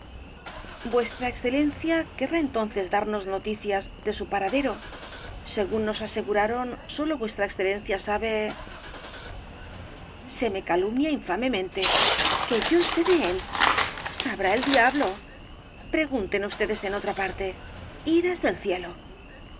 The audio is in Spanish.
v e querrá entonces darnos noticia de su paradero según nos aseguraron sólo v e sabe se me calumnia infamemente que yo sé de él sabrá el diablo pregunten ustedes en otra parte iras del cielo